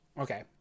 okay